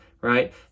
right